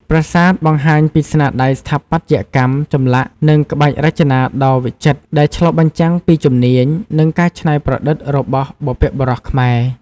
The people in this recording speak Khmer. ប្រាសាទបង្ហាញពីស្នាដៃស្ថាបត្យកម្ម ចម្លាក់ និងក្បាច់រចនាដ៏វិចិត្រ ដែលឆ្លុះបញ្ចាំងពីជំនាញ និងការច្នៃប្រឌិតរបស់បុព្វបុរសខ្មែរ។